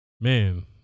Man